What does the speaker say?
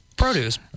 Produce